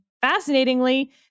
fascinatingly